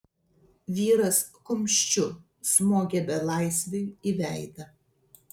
vyras kumščiu smogė belaisviui į veidą